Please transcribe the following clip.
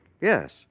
Yes